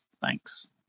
Thanks